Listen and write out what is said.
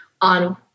on